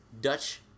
Dutch